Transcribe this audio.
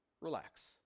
Relax